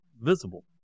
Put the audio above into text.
visible